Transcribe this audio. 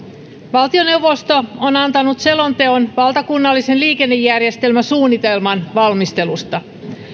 valtioneuvosto on antanut selonteon valtakunnallisen liikennejärjestelmäsuunnitelman valmistelusta